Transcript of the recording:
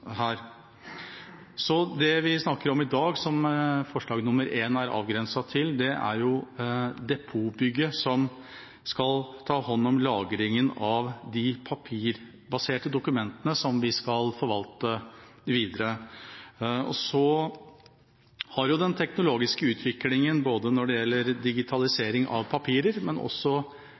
her. Det vi snakker om i dag, som forslag til I er avgrenset til, er depotbygget som skal ta hånd om lagringen av de papirbaserte dokumentene som vi skal forvalte videre. Den teknologiske utviklingen både når det gjelder digitalisering av papirer